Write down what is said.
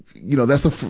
you know, that's the,